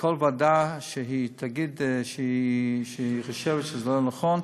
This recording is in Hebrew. וכל ועדה שהיא תגיד שהיא חושבת שזה לא נכון,